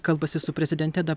kalbasi su prezidente da